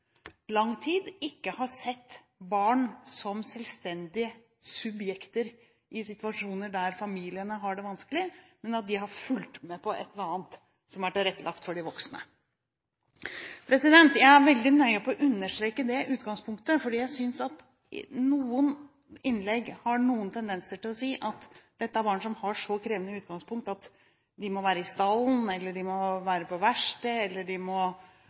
lang tid ikke har sett barn som selvstendige subjekter i situasjoner der familiene har det vanskelig, men at de har fulgt med på et eller annet som er tilrettelagt for de voksne. Jeg er veldig nøye på å understreke det utgangspunktet, for jeg synes at i noen innlegg har det vært noen tendenser til å si at dette er barn som har så krevende utgangspunkt at de må være i stallen, de må være på verkstedet, eller de må